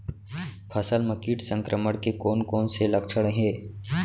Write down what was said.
फसल म किट संक्रमण के कोन कोन से लक्षण हे?